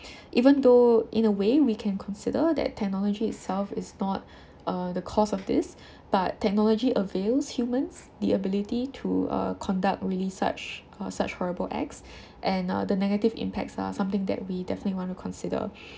even though in a way we can consider that technology itself is not uh the cause of this but technology avails humans the ability to uh conduct really such uh such horrible acts and uh the negative impacts are something that we definitely want to consider